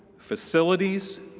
facilities,